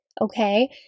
Okay